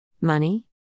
Money